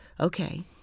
Okay